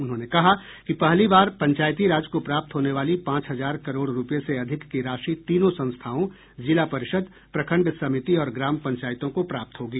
उन्होंने कहा कि पहली बार पंचायती राज को प्राप्त होने वाली पांच हजार करोड़ रूपये से अधिक की राशि तीनों संस्थाओं जिला परिषद प्रखंड समिति और ग्राम पंचायतों को प्राप्त होगी